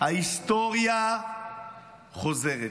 ההיסטוריה חוזרת.